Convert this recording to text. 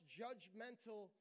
judgmental